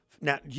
Now